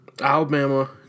Alabama